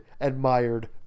admired